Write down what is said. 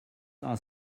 are